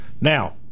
Now